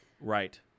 right